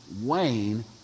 Wayne